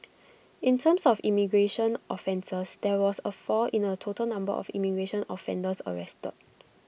in terms of immigration offences there was A fall in the total number of immigration offenders arrested